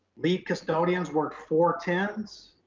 lead custodians worked four ten s,